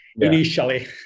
initially